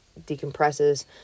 decompresses